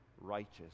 righteous